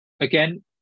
Again